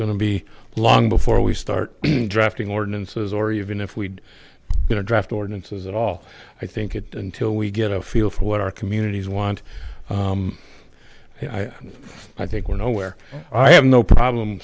gonna be long before we start drafting ordinances or even if we you know draft ordinances at all i think it until we get a feel for what our communities want i i think we're nowhere i have no problem